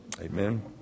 Amen